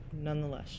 nonetheless